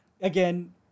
again